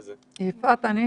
אני מבקשת שאלות